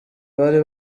bari